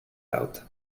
out